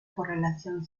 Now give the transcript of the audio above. correlación